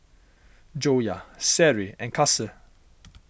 Joyah Seri and Kasih